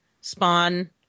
spawn